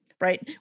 right